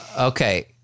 Okay